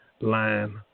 line